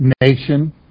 nation